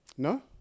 No